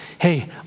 hey